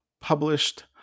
published